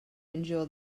endure